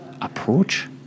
approach